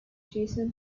jason